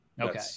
okay